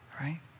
right